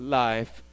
life